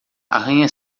arranha